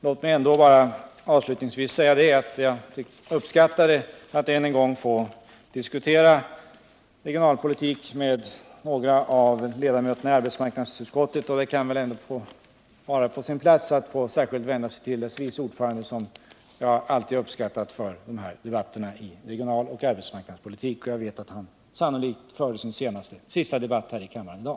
Låt mig avslutningsvis bara säga att jag uppskattade att än en gång få diskutera regionalpolitik med några av ledamöterna i arbetsmarknadsutskottet, och det kan väl vara på sin plats att jag särskilt vänder mig till utskottets vice ordförande som jag alltid uppskattat att diskutera med i regionaloch arbetsmarknadspolitiska frågor. Jag vet att han sannolikt för sin sista debatt här i kammaren i dag.